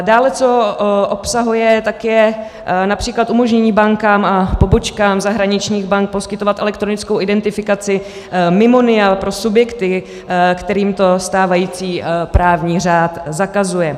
Dále co obsahuje, tak je například umožnění bankám a pobočkám zahraničních bank poskytovat elektronickou identifikaci mimo NIA pro subjekty, kterým to stávající právní řád zakazuje.